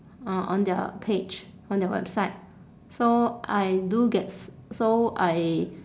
uh on their page on their website so I do get so I